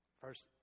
First